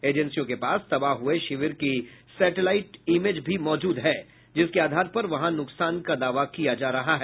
एजेंसियों के पास तबाह हुए शिविर की सेटेलाईट की इमेज भी मौजूद हैं जिसके आधार पर वहां नुकसान का दावा किया जा रहा है